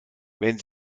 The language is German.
wenn